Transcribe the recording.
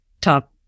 top